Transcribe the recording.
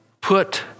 put